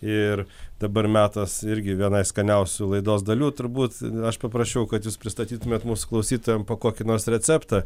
ir dabar metas irgi vienai skaniausių laidos dalių turbūt aš paprašiau kad jūs pristatytumėt mūsų klausytojam po kokį nors receptą